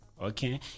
Okay